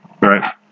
Right